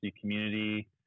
community